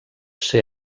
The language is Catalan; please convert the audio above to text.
ser